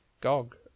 GOG